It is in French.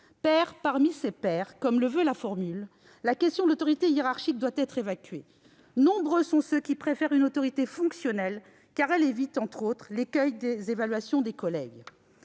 pair parmi ses pairs », comme le veut la formule consacrée. La question de l'autorité hiérarchique doit être évacuée : nombreux sont ceux qui préfèrent une autorité fonctionnelle, car elle évite, entre autres, l'écueil des évaluations des collègues.